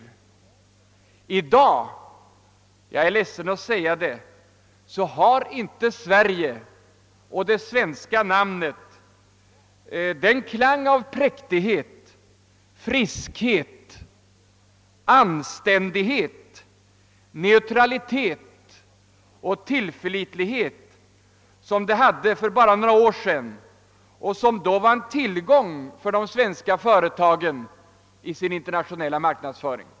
I dag — jag är ledsen att behöva säga det — har inte Sverige och det svenska namnet den klang. av präktighet, friskhet, anständighet, neutralitet och tillförlitlighet som det hade för bara några år sedan och som då var en tillgång för de svenska företagen i deras internationella ' marknadsföring.